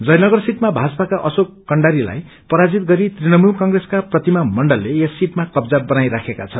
जयनगर सीटमा भजपाका अशेक कण्डरीलाई पराजित गरी तृणमूल कंग्रेसका प्रतिमा मण्डलले यस सीटामा कब्जा बनाई राखेका छन्